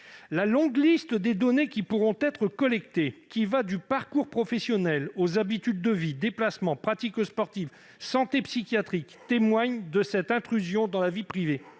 La longue liste des données qui pourront être collectées- elle va du parcours professionnel aux habitudes de vie, en passant par les déplacements, les pratiques sportives et la santé psychiatrique -témoigne de cette intrusion dans la vie privée.